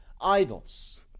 idols